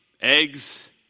eggs